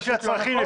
לפי הצרכים,